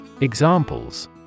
Examples